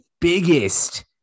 biggest